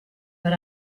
but